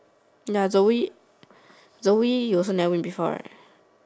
ya the wee the wee you also never win before right